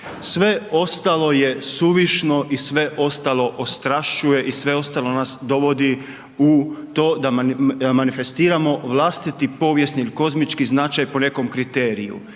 Sve ostalo je suvišno i sve ostalo ostrašćuje i sve ostalo nas dovodi u to da manifestiramo vlastiti povijesni ili kozmički značaj po nekom kriteriju